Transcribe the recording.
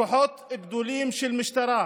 כוחות גדולים של משטרה,